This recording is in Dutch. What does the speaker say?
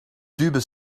tube